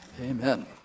amen